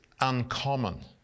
Uncommon